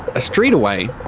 a street away,